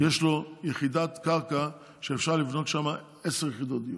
יש לו יחידת קרקע שאפשר לבנות בה עשר יחידות דיור,